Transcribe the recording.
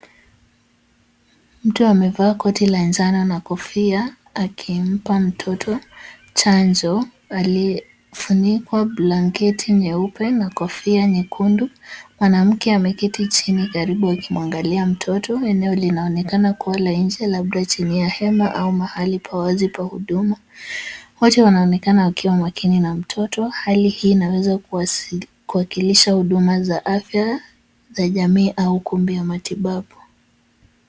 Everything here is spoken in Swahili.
Mtu amevaa koti la njano na kofia, akimpa mtoto chanjo aliyefunikwa blanketi nyeupe na kofia nyekundu. Mwanamke ameketi chini karibu akimuangalia mtoto. Eneo linaonekana kuwa la nje, labda chini ya hema au mahali pa wazi pa huduma. Wote wanaonekana wakiwa makini na mtoto. Hali hii inaweza kuwakilisha huduma za afya za jamii au ukumbi wa matibabu.